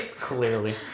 Clearly